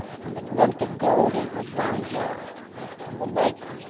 and the glint of gold in her brown hair and the light,